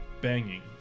banging